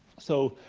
so,